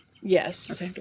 Yes